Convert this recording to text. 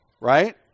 right